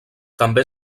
també